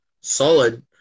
solid